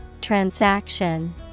Transaction